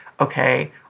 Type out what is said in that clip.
okay